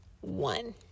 one